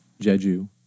Jeju